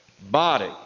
body